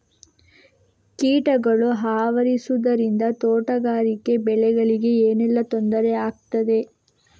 ಕೀಟಗಳು ಆವರಿಸುದರಿಂದ ತೋಟಗಾರಿಕಾ ಬೆಳೆಗಳಿಗೆ ಏನೆಲ್ಲಾ ತೊಂದರೆ ಆಗ್ತದೆ?